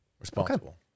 Responsible